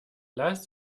las